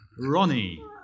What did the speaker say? Ronnie